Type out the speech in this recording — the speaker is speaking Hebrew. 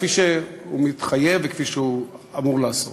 כפי שהוא מתחייב וכפי שהוא אמור לעשות.